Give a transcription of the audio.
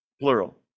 plural